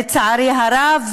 לצערי הרב,